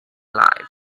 life